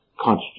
constant